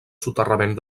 soterrament